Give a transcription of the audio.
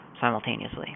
simultaneously